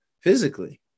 physically